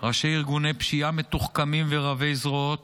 ראשי ארגוני פשיעה מתוחכמים ורבי-זרועות